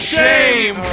shame